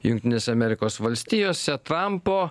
jungtinėse amerikos valstijose trampo